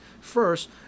first